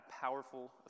powerful